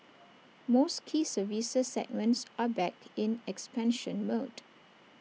most key services segments are back in expansion mode